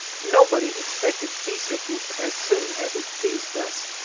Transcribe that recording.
nobody expected seasickness as soon as it seized us.